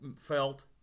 felt